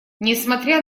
несмотря